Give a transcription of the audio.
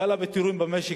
גל הפיטורים במשק,